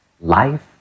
life